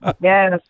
Yes